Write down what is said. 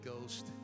Ghost